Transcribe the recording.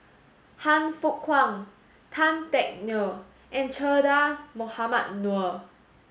Han Fook Kwang Tan Teck Neo and Che Dah Mohamed Noor